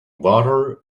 water